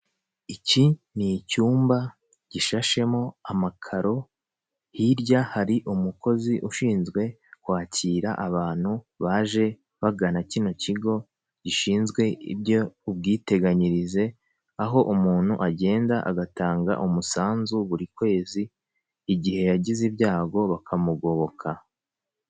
Iki ni icyumba gishashemo amakaro, hirya hari umukozi ushinzwe kwakira abantu baje bagana kino kigo gishinzwe iby'ubwiteganyirize, aho umuntu agenda agatanga umusanzu buri kwezi, igihe yagize ibyago bakamugoboka.